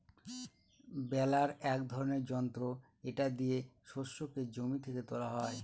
বেলার এক ধরনের যন্ত্র এটা দিয়ে শস্যকে জমি থেকে তোলা হয়